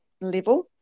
level